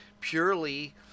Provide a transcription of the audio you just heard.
purely